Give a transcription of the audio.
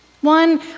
One